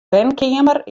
wenkeamer